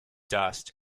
dust